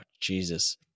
Jesus